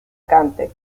cante